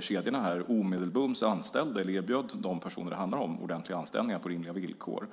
kedjorna omedelbart erbjöd de personer det handlar om ordentliga anställningar med rimliga villkor.